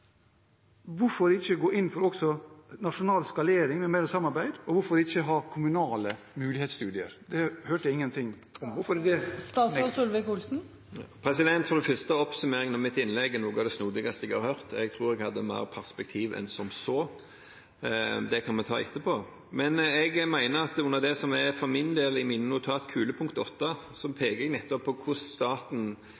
Hvorfor ikke gå inn for nasjonal skalering, med mer samarbeid, og hvorfor ikke ha kommunale mulighetsstudier? Det hørte jeg ingenting om, og … Taletiden er omme. For det første: Oppsummeringen av mitt innlegg er noe av det snodigste jeg har hørt. Jeg tror jeg hadde mer perspektiv enn som så. Det kan vi ta etterpå. Jeg mener at under det som – for min del – i mine notater er kulepunkt